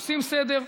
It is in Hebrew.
עושים סדר,